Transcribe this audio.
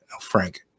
Frank